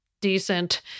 Decent